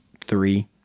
three